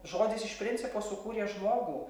žodis iš principo sukūrė žmogų